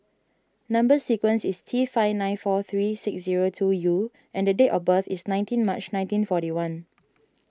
Number Sequence is T five nine four three six zero two U and date of birth is nineteen March nineteen forty one